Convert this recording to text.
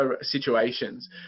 situations